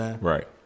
Right